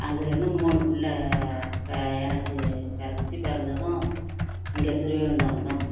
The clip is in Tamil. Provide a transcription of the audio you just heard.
அங்கேருந்து மூணு பிள்ளை எனக்கு பிறந்துச்சு பிறந்ததும் இங்கே ஸ்ரீவைகுண்டம் வந்தோம்